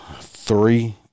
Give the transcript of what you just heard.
three